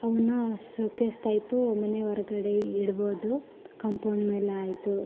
ಅವನ್ನ showcase type ಮನೆ ಹೊರ್ಗಡೆ ಇಡ್ಬೋದು ಕಂಪೌಂಡ್ ಮೇಲಾಯಿತು